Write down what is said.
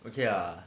okay lah